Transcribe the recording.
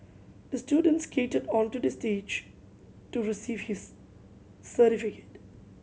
the student skated onto the stage to receive his certificate